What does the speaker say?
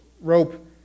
rope